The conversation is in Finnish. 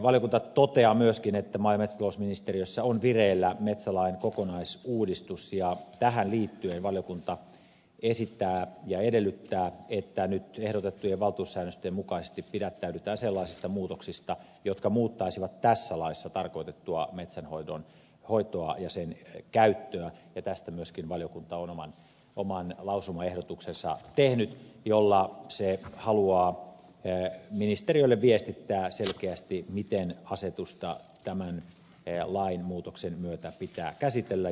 valiokunta toteaa myöskin että maa ja metsätalousministeriössä on vireillä metsälain kokonaisuudistus ja tähän liittyen valiokunta esittää ja edellyttää että nyt ehdotettujen valtuussäännösten mukaisesti pidättäydytään sellaisista muutoksista jotka muuttaisivat tässä laissa tarkoitettua metsänhoitoa ja sen käyttöä ja tästä myöskin valiokunta on oman lausumaehdotuksensa tehnyt jolla se haluaa ministeriölle viestittää selkeästi miten asetusta tämän lainmuutoksen myötä pitää käsitellä